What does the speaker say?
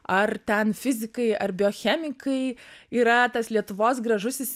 ar ten fizikai ar biochemikai yra tas lietuvos gražusis